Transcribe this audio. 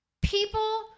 people